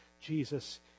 Jesus